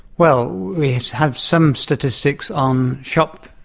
well, we have some statistics on shoplifters,